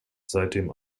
seitdem